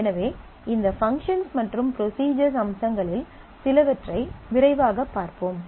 எனவே இந்த பங்க்ஷன்ஸ் மற்றும் ப்ரொஸிஜர்ஸ் அம்சங்களில் சிலவற்றை விரைவாகப் பார்ப்போம்